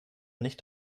nicht